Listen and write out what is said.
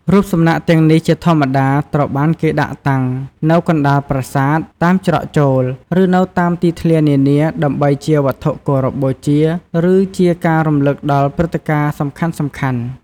រូបសំណាកទាំងនេះជាធម្មតាត្រូវបានគេដាក់តាំងនៅកណ្ដាលប្រាសាទ តាមច្រកចូល ឬនៅតាមទីធ្លានានា ដើម្បីជាវត្ថុគោរពបូជា ឬជាការរំលឹកដល់ព្រឹត្តិការណ៍សំខាន់ៗ។